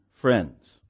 friends